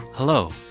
Hello